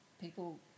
people